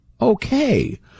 Okay